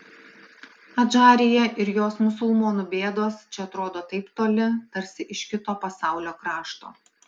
adžarija ir jos musulmonų bėdos čia atrodo taip toli tarsi iš kito pasaulio krašto